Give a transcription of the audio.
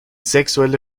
sexuelle